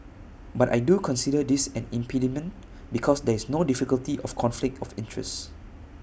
but I do consider this an impediment because there is no difficulty of conflict of interest